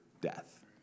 death